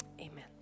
amen